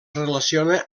relaciona